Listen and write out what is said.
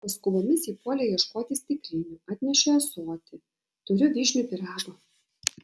paskubomis ji puolė ieškoti stiklinių atnešė ąsotį turiu vyšnių pyrago